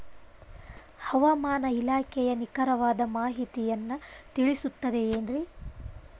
ಹವಮಾನ ಇಲಾಖೆಯ ನಿಖರವಾದ ಮಾಹಿತಿಯನ್ನ ತಿಳಿಸುತ್ತದೆ ಎನ್ರಿ?